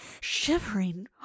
Shivering